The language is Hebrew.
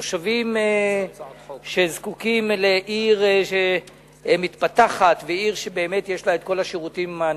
תושבים שזקוקים לעיר מתפתחת ועיר שבאמת יש לה כל השירותים הנצרכים.